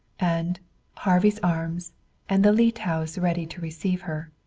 and harvey's arms and the leete house ready to receive her.